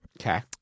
Okay